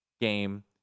game